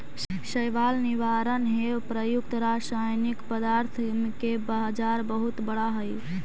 शैवाल निवारण हेव प्रयुक्त रसायनिक पदार्थ के बाजार बहुत बड़ा हई